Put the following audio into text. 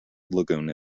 lagoon